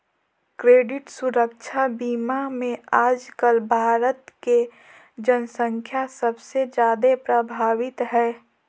credit सुरक्षा बीमा मे आजकल भारत के जन्संख्या सबसे जादे प्रभावित हय